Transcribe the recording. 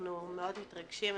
שאנחנו מאוד מתרגשים.